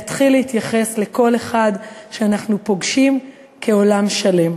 להתחיל להתייחס לכל אחד שאנחנו פוגשים כעולם שלם.